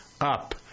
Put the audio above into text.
up